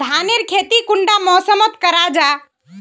धानेर खेती कुंडा मौसम मोत करा जा?